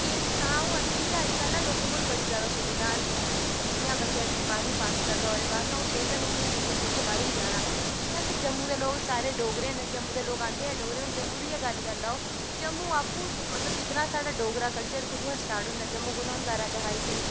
change की होआ दी कि अज्ज कल लोकें कोल बड़ी सारी सुविधां न जियां बच्चा बाह्रमीं पास करदा तां ओह् सोचदा में जम्मू छोड़ियै बाह्रे गी जाना कि जे अस जम्मू दे लोग सारे डोगरे जम्मू दे लोग आंदे गै डोगरे हून जम्मू दी गै गल्ल करी लैओ जम्मू अप्पूं मतलव साढ़ा डोगरी कल्चर कुत्थमां दा स्टार्ट होंदा जम्मू कोलला दा होंदा राजा हरी सिंह